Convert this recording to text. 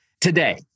today